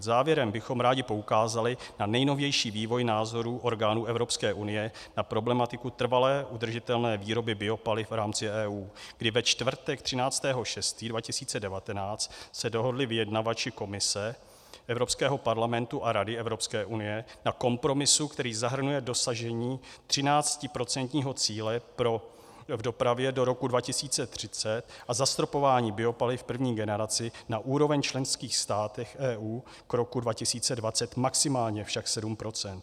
Závěrem bychom rádi poukázali na nejnovější vývoj názorů orgánů Evropské unie na problematiku trvale udržitelné výroby biopaliv v rámci EU, kdy ve čtvrtek 13. 6. 2019 se dohodli vyjednavači Komise Evropského parlamentu a Rady Evropské unie na kompromisu, který zahrnuje dosažení třináctiprocentního cíle v dopravě do roku 2030 a zastropování biopaliv v první generaci na úroveň v členských státech EU k roku 2020, maximálně však sedm procent.